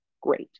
great